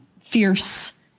Fierce